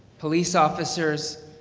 police officers,